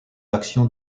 actions